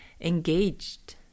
engaged